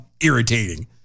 irritating